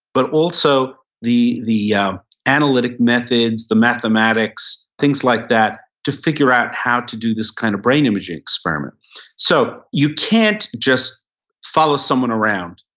but also the the analytic methods, the mathematics, things like that to figure out how to do this kind of brain imaging experiments so you can't just follow someone around,